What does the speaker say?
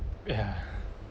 yeah